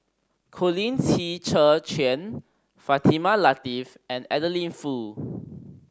Colin Qi Zhe Quan Fatimah Lateef and Adeline Foo